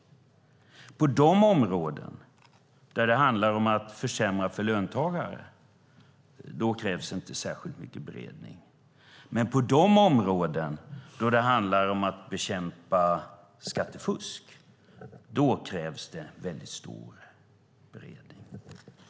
På dessa områden, där det handlar om att försämra för löntagare, krävs inte särskilt mycket beredning. Men på områden som handlar om att bekämpa skattefusk krävs väldigt stor beredning.